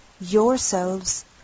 yourselves